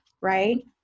right